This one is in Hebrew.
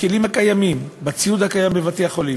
בכלים הקיימים, בציוד הקיים בבתי-החולים,